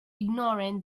ignorant